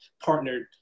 partnered